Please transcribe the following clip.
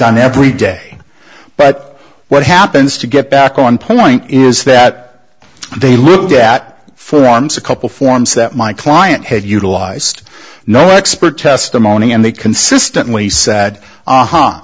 done every day but what happens to get back on point is that they looked at forms a couple forms that my client had utilized no expert testimony and they consistently said